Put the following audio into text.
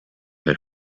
had